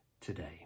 today